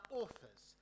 authors